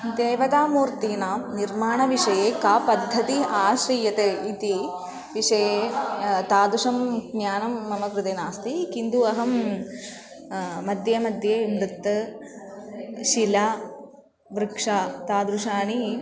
देवतामूर्तीनां निर्माणविषये का पद्धति आश्रीयते इति विषये तादृशं ज्ञानं मम कृते नास्ति किन्तु अहं मध्ये मध्ये नृत्यं शिला वृक्षाः तादृशानि